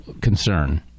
concern